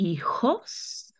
hijos